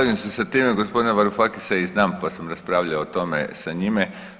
Slažem se sa time gospodina Varifakisa i znam, pa sam raspravljao o tome sa njime.